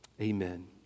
Amen